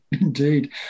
indeed